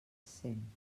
cent